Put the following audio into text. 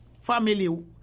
family